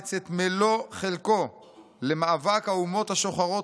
בארץ את מלוא חלקו למאבק האומות השוחרות